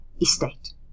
estate